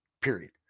period